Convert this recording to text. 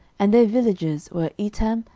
and their villages were, etam,